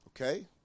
Okay